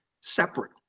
separate